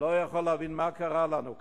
לא יכול להבין מה קרה לנו כאן.